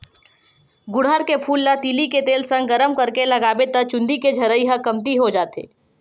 गुड़हल के फूल ल तिली के तेल संग गरम करके लगाबे त चूंदी के झरई ह कमती हो जाथे